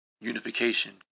unification